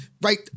right